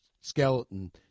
skeleton